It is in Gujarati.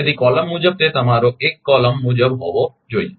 તેથી કોલમ મુજબ તે તમારો 1 કોલમ મુજબ હોવો જોઈએ